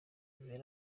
bibere